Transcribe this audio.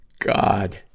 God